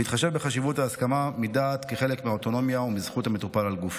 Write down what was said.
בהתחשב בחשיבות ההסכמה מדעת כחלק מהאוטונומיה ומזכות המטופל על גופו.